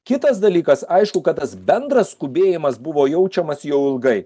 kitas dalykas aišku kad tas bendras skubėjimas buvo jaučiamas jau ilgai